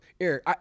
Eric